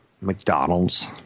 McDonald's